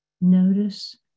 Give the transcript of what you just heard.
notice